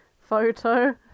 photo